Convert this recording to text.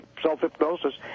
self-hypnosis